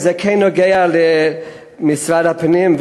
וזה כן קשור למשרד הפנים,